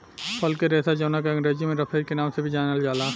फल के रेशा जावना के अंग्रेजी में रफेज के नाम से भी जानल जाला